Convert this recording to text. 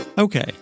Okay